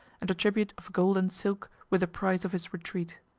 and a tribute of gold and silk, were the price of his retreat.